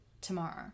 tomorrow